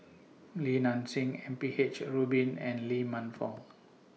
Li Nanxing M P H Rubin and Lee Man Fong